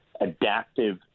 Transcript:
adaptive